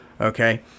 Okay